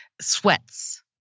Sweats